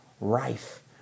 rife